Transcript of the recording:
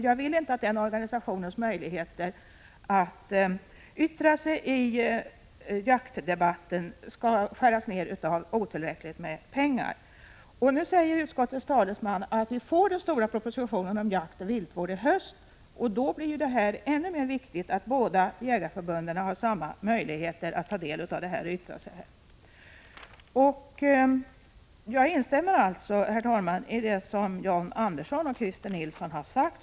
Jag vill inte att denna organisations möjligheter att yttra sig i jaktdebatten skall minskas på grund av att den inte har tillräckligt med pengar. Utskottets talesman säger nu att den stora propositionen om jaktoch viltvård kommer i höst, och då blir det ännu viktigare att båda jägarförbunden har samma möjlighet att delta i debatten. Jag instämmer alltså, herr talman, i det som John Andersson och Christer Nilsson har sagt.